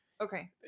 Okay